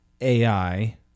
AI